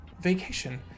vacation